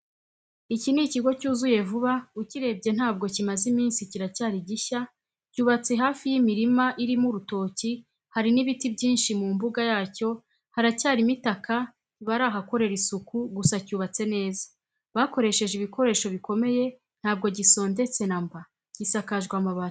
Iki ni ikigo cyuzuye vuba ukirebye ntabwo kimaze iminsi kiracyari gishya cyubatse hafi yimirim a irimo urutoki hari nibiti byinshi mumbuga yacyo haracyarimo itaka ntibarahakorera isuku gusa cyubatse neza bakoresheje ibikoresho bikomeye ntabwo gisondetse namba gisakajwe amabati y,ubururu.